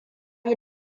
yi